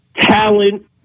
talent